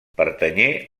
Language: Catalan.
pertanyé